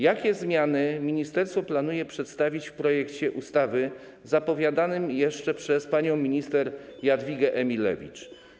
Jakie zmiany ministerstwo planuje przedstawić w projekcie ustawy zapowiadanym jeszcze przez panią minister Jadwigę Emilewicz?